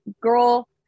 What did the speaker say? girl